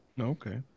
Okay